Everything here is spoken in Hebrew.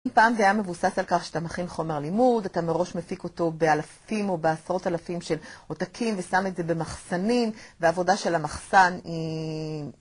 אם פעם זה היה מבוסס על כך שאתה מכין חומר לימוד, אתה מראש מפיק אותו באלפים או בעשרות אלפים של עותקים ושם את זה במחסנים, והעבודה של המחסן היא...